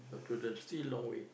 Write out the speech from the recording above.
to the see long way